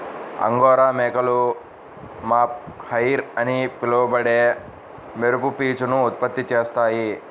angora మేకలు mohair అని పిలువబడే మెరుపు పీచును ఉత్పత్తి చేస్తాయి